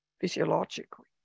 physiologically